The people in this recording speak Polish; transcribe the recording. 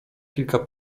kilka